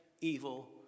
evil